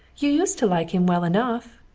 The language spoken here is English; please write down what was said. you used to like him well enough.